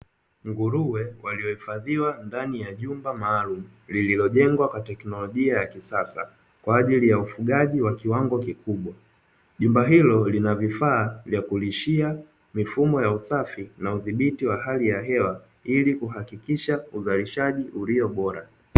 Nguruwe waliohifadhiwa ndani ya nyumba maalum lililojengwa katika teknolojia ya kisasa kwa ajili ya ufugaji wa kiwango kikubwa, jumba hilo lina vifaa vya kulishia mti wa hali ya hewa ili kuhakikisha kuzalishaji ulio bora